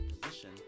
position